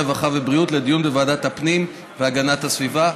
הרווחה והבריאות לדיון בוועדת הפנים והגנת הסביבה.